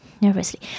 Nervously